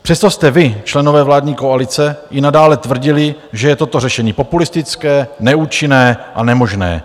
Přesto jste, vy členové vládní koalice, i nadále tvrdili, že je toto řešení populistické, neúčinné a nemožné.